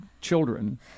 children